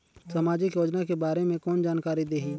समाजिक योजना के बारे मे कोन जानकारी देही?